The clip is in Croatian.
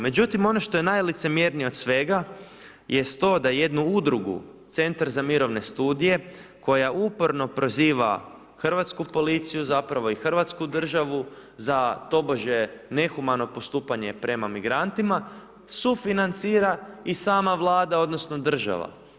Međutim, ono što je najlicemjernije od svega jest to da jednu udrugu, Centar za mirovne studije koja uporno proziva hrvatsku policiju, zapravo i Hrvatsku državu za tobože nehumano postupanje prema migrantima, sufinancira i sama Vlada odnosno država.